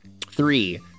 three